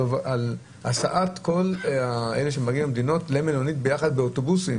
על הסעת כל אלה שמגיעים למדינה למלונית ביחד באוטובוס אחד